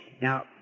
Now